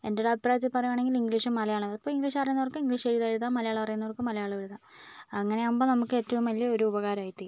അപ്പം എൻറ്റൊരു അഭിപ്രായത്തിൽ പറയാണെങ്കിൽ ഇംഗ്ലീഷും മലയാളോം ഇപ്പം ഇംഗ്ലീഷ് അറിയുന്നവർക്ക് ഇംഗ്ലീഷ് എഴുതാം മലയാളം അറിയുന്നവർക്ക് മലയാളോം എഴുതാം അങ്ങനെയാകുമ്പോൾ നമുക്കേറ്റവും വലിയൊരു ഉപകാരമായിത്തീരും